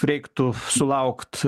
reiktų sulaukti